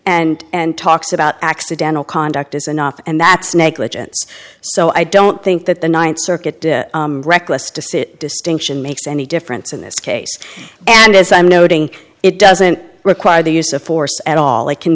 injury and talks about accidental conduct is enough and that's negligence so i don't think that the ninth circuit reckless to sit distinction makes any difference in this case and as i'm noting it doesn't require the use of force at all it can